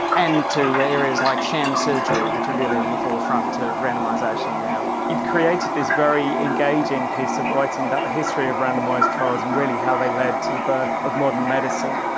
and to areas like sham surgery which are really on the forefront of randomisation now. you've created this very engaging piece of writing about the history of randomised trials and really how they led to the birth of modern medicine.